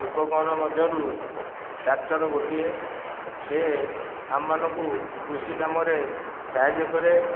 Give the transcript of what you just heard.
ଉପକରଣ ମଧ୍ୟରୁ ଟ୍ରାକ୍ଟର ଗୋଟିଏ ସେ ଆମମାନଙ୍କୁ କୃଷି କାମରେ ସାହାଯ୍ୟ କରେ